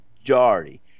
majority